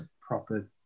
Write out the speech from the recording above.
proper